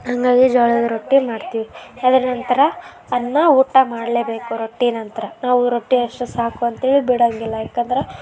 ಹಾಗಾಗಿ ಜೋಳದ್ ರೊಟ್ಟಿ ಮಾಡ್ತೀವಿ ಅದರ ನಂತರ ಅನ್ನ ಊಟ ಮಾಡಲೇಬೇಕು ರೊಟ್ಟಿ ನಂತರ ನಾವು ರೊಟ್ಟಿ ಅಷ್ಟೇ ಸಾಕು ಅಂತೇಳಿ ಬಿಡೋಂಗಿಲ್ಲ ಯಾಕಂದ್ರೆ